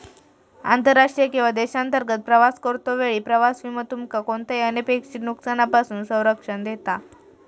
आंतरराष्ट्रीय किंवा देशांतर्गत प्रवास करतो वेळी प्रवास विमो तुमका कोणताही अनपेक्षित नुकसानापासून संरक्षण देता